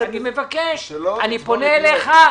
אני פונה אליך,